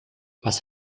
was